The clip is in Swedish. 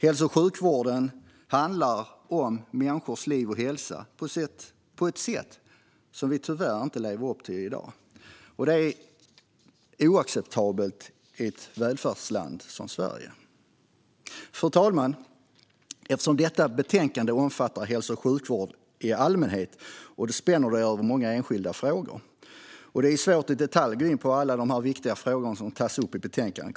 Hälso och sjukvården handlar om människors liv och hälsa på ett sätt som vi tyvärr inte lever upp till i dag. Det är oacceptabelt i ett välfärdsland som Sverige. Fru talman! Eftersom detta betänkande omfattar hälso och sjukvård i allmänhet spänner det över många enskilda frågor. Det är svårt att i detalj gå in på alla de viktiga frågor som tas upp i betänkandet.